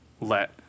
let